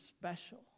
special